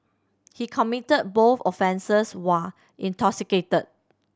he committed both offences while intoxicated